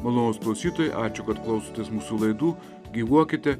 malonūs klausytojai ačiū kad klausotės mūsų laidų gyvuokite